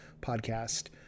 podcast